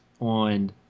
on